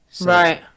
Right